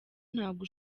ntabwo